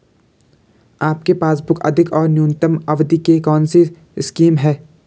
आपके पासबुक अधिक और न्यूनतम अवधि की कौनसी स्कीम है?